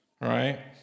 right